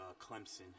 Clemson